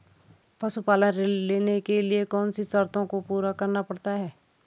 पशुपालन ऋण लेने के लिए कौन सी शर्तों को पूरा करना पड़ता है?